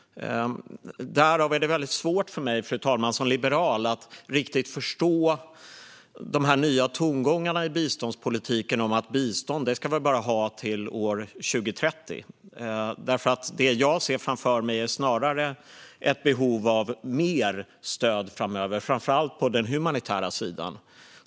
Därmed är det svårt för mig som liberal att förstå de nya tongångarna i biståndspolitiken om att vi ska ha bistånd bara till år 2030. Det jag ser framför mig är snarare ett behov av mer stöd framöver, framför allt på den humanitära sidan.